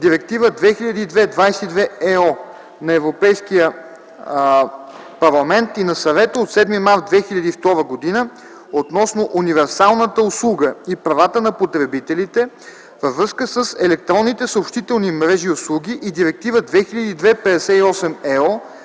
Директива 2002/22/ЕО на Европейския парламент и на Съвета от 7 март 2002 г. относно универсалната услуга и правата на потребителите във връзка с електронните съобщителни мрежи и услуги и Директива 2002/58/EO